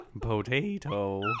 Potato